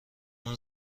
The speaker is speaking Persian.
اون